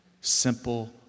Simple